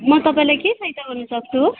म तपाईँलाई के सहायता गर्न सक्छु